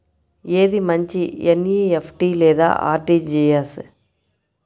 ఏది మంచి ఎన్.ఈ.ఎఫ్.టీ లేదా అర్.టీ.జీ.ఎస్?